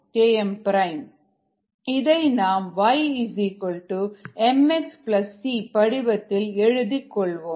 KmKm 1IKI KmKmKII Km இதை நாம் ymxc படிவத்தில் எழுதிக் கொள்வோம்